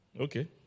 Okay